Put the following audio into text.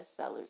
bestsellers